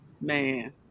Man